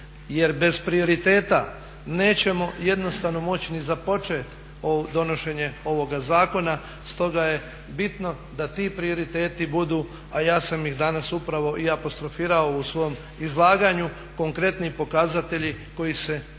jer bez prioriteta nećemo jednostavno moći ni započet donošenje ovoga zakona. Stoga je bitno da ti prioriteti budu, a ja sam ih danas upravo i apostrofirao u svom izlaganju, konkretni pokazatelji koji se moraju